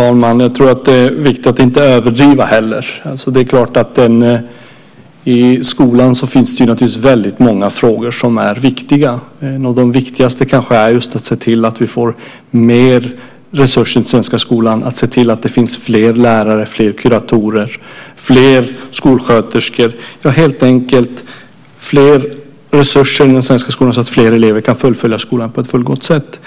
talman! Jag tror att det är viktigt att inte överdriva. När det gäller skolan finns det naturligtvis väldigt många frågor som är viktiga. En av de viktigaste kanske är just att se till att vi får mer resurser till den svenska skolan - fler lärare, fler kuratorer och fler skolsköterskor - så att fler elever kan fullfölja skolgången på ett fullgott sätt.